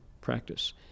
practice